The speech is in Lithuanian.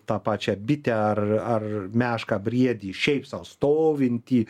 tą pačią bitę ar ar mešką briedį šiaip sau stovintį